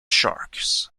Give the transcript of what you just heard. sharks